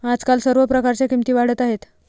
आजकाल सर्व प्रकारच्या किमती वाढत आहेत